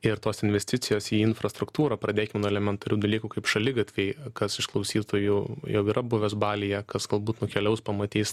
ir tos investicijos į infrastruktūrą pradėkim nuo elementarių dalykų kaip šaligatviai kas iš klausytųjų jau yra buvęs balyje kas galbūt nukeliaus pamatys